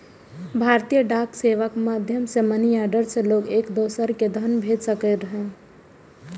भारतीय डाक सेवाक माध्यम सं मनीऑर्डर सं लोग एक दोसरा कें धन भेज सकैत रहै